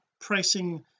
pricing